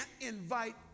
invite